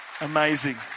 Amazing